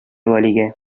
вәлигә